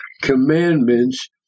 commandments